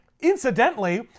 Incidentally